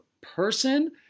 person